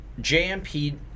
JMP